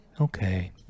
okay